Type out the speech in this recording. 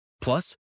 Plus